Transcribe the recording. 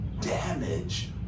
damage